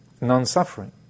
non-suffering